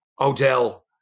Odell